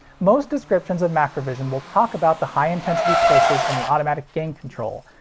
most descriptions of macrovision will talk about the high intensity pulses and the automatic gain control,